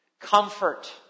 Comfort